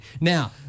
Now